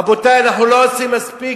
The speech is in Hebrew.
רבותי, אנחנו לא עושים מספיק.